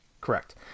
Correct